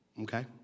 okay